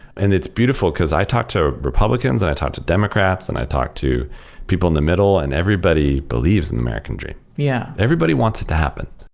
and it's beautiful, because i talk to republicans and i talk to democrats and i talk to people in the middle and everybody believes in the american dream. yeah everybody wants it to happen.